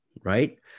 right